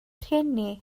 rhieni